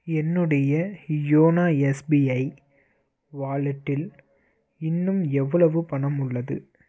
என்னுடைய YONO SBI வாலெட்டில் இன்னும் எவ்வளவு பணம் உள்ளது